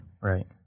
right